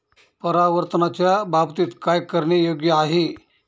परावर्तनाच्या बाबतीत काय करणे योग्य आहे